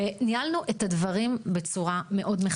ניהלנו את הדברים בצורה מאוד מכבדת.